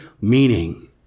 meaning